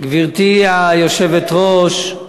גברתי היושבת-ראש,